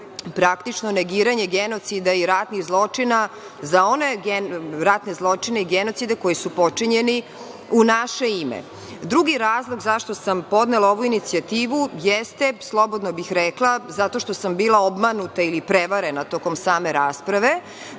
praktično negiranje genocida i ratnih zločina za one ratne zločine i genocide koji su počinjeni u naše ime. Drugi razlog zašto sam podnela ovu inicijativu jeste, slobodno bih rekla, zato što sam bila obmanuta ili prevarena tokom same rasprave,